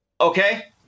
Okay